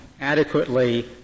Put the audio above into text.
adequately